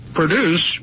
produce